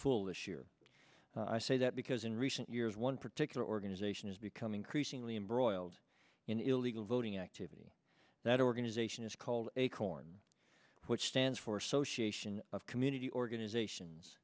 foolish year i say that because in recent years one particular organization has become increasingly embroiled in illegal voting activity that organization is called acorn which stands for association of community organizations